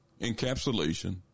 encapsulation